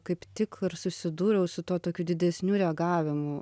kaip tik ir susidūriau su tuo tokiu didesniu reagavimu